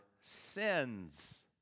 sins